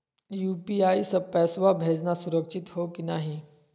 UPI स पैसवा भेजना सुरक्षित हो की नाहीं?